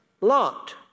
Lot